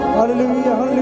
hallelujah